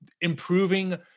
improving